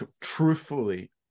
truthfully